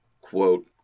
quote